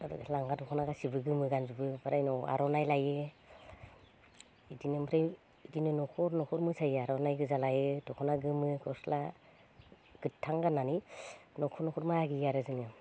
लांगा दख'ना गासिबो गोमो गानजोबो ओमफ्राय उनाव आर'नाय लायो इदिनो ओमफ्राय इदिनो न'खर न'खर मोसायो आर'नाय गोजा लायो दख'ना गोमो गस्ला गोथां गाननानै न'खर न'खर मागियो आरो जोङो